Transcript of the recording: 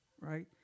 right